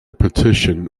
petition